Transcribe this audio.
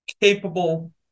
Capable